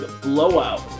Blowout